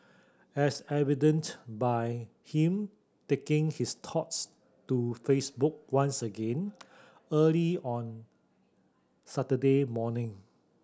as evident by him taking his thoughts to Facebook once again early on Saturday morning